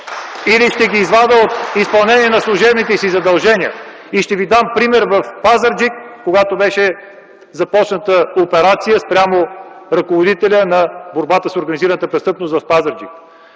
или ще ги извадя от изпълнение на служебните им задължения. И ще ви дам пример с Пазарджик, когато беше започната операция спрямо ръководителя на Звеното за борба с организираната престъпност в Пазарджик.